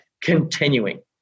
continuing